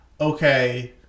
okay